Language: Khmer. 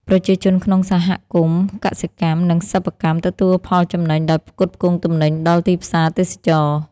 ប្រជាជនក្នុងសហគមន៍កសិកម្ម និងសិប្បកម្មទទួលផលចំណេញដោយផ្គត់ផ្គង់ទំនិញដល់ទីផ្សារទេសចរណ៍។